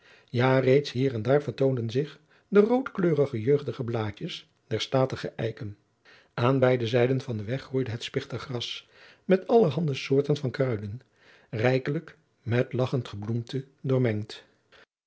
ja reeds hier en daar vertoonden zich de roodkleurige jeugdige bladertjes der statige eiken aan beide zijden van den weg groeide het spichtig gras met allerhande soorten van kruiden rijkelijk met lagchend gebloemte doormengd